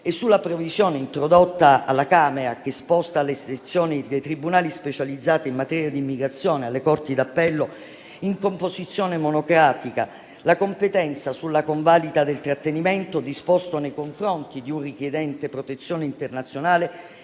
Sulla previsione introdotta alla Camera, che sposta dalle sezioni dei tribunali specializzati in materia di immigrazione alle corti d'appello in composizione monocratica la competenza sulla convalida del trattenimento disposto nei confronti di un richiedente protezione internazionale,